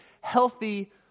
healthy